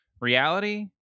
reality